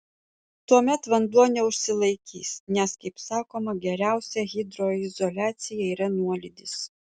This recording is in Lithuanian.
tuomet vanduo neužsilaikys nes kaip sakoma geriausia hidroizoliacija yra nuolydis